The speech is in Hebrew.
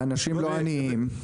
ואנשים לא עניים.